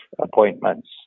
appointments